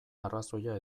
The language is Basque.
arrazoia